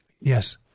Yes